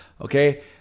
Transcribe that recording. Okay